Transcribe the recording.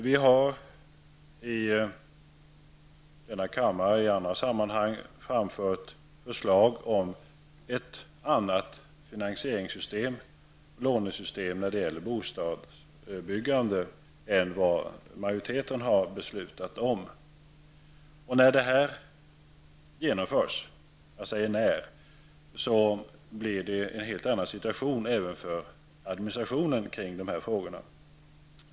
Vi har i denna kammare i andra sammanhang framfört förslag till ett annat finasieringssystem, lånesystem, när det gäller bostadsbyggande än vad majoriteten har beslutat om. När detta genomförs, blir situtationen en helt annan även för administrationen kring dessa frågor.